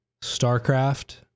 Starcraft